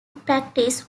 practice